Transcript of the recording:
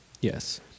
Yes